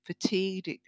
fatigued